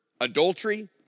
adultery